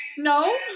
No